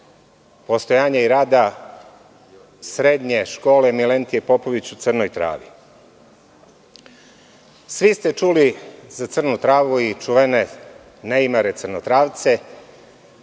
postojanja i rada srednje škole „Milentije Popović“ u Crnoj Travi. Svi ste čuli za Crnu Travu, i čuvene neimare Crnotravce,